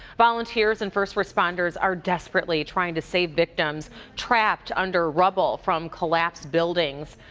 volunteers and first responders are desperately trying to save victims trapped under rubble from collapsed buildings.